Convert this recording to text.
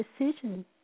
decision